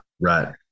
Right